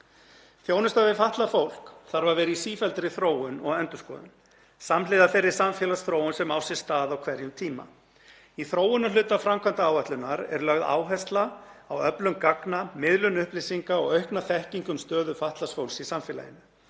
Þjónusta við fatlað fólk þarf að vera í sífelldri þróun og endurskoðun, samhliða þeirri samfélagsþróun sem á sér stað á hverjum tíma. Í þróunarhluta framkvæmdaáætlunar er áhersla lögð á öflun gagna, miðlun upplýsinga og aukna þekkingu um stöðu fatlaðs fólks í samfélaginu.